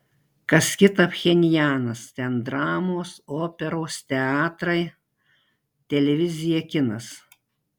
kas kita pchenjanas ten dramos operos teatrai televizija kinas